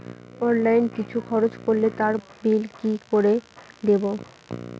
Online কিছু খরচ করলে তার বিল কি করে দেবো?